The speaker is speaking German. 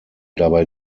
dabei